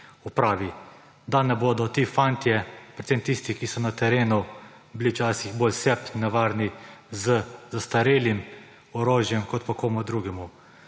Da ne bodo ti fantje, predvsem tisti, ki so na terenu, bili včasih bolj sebi nevarni z zastarelim orožjem kot pa komu drugemu.